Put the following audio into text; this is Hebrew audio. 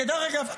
כדרך אגב,